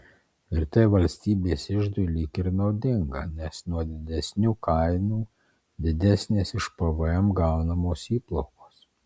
ir tai valstybės iždui lyg ir naudinga nes nuo didesnių kainų didesnės iš pvm gaunamos įplaukos